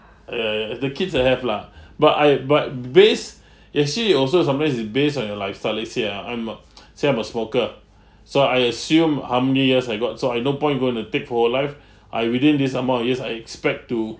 err the kids I have lah but I but based actually also sometimes it's based on your lifestyle let's say uh I'm a say I'm a smoker so I assume how many years I got so I no point going to take whole life I within this amount of years I expect to